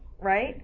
right